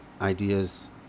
ideas